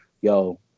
yo